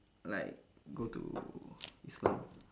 like go to islam